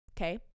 okay